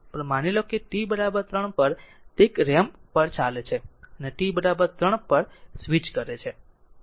પર માની લો t 3 પર તે એક રેમ્પ પર ચાલે છે અને t 3 પર સ્વિચ કરે છે